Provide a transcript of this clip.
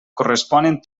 corresponen